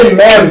man